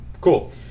Cool